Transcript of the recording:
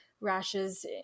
rashes